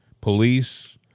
police